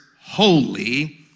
holy